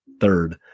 third